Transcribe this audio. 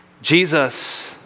Jesus